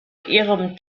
ihrem